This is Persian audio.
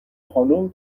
خانوم